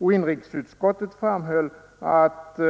Inrikesutskottet framhöll att